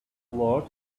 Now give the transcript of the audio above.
world